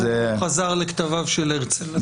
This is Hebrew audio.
הוא חזר לכתביו של הרצל.